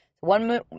One